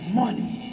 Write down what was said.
money